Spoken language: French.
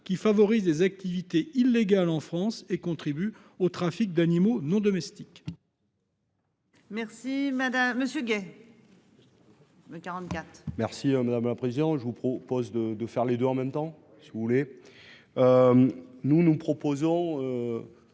qui favorise les activités illégales en France et contribue au trafic d'animaux non domestiques.